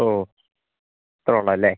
ഓ അത്രോള്ളല്ലേ